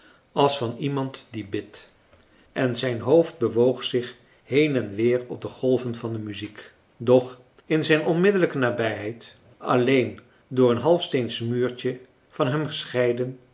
als van iemand die bidt en zijn hoofd bewoog zich heen en weer op de golven van de muziek doch in zijn onmiddellijke nabijheid alleen door een halfsteensch muurtje van hem gescheiden